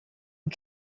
und